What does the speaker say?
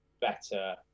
better